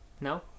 No